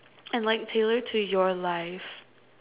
and like tailored to your life